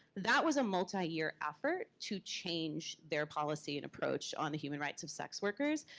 that was a multi-year effort to change their policy and approach on the human rights of sex workers.